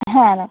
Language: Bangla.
হ্যাঁ রা